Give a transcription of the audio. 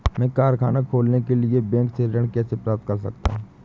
मैं कारखाना खोलने के लिए बैंक से ऋण कैसे प्राप्त कर सकता हूँ?